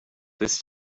this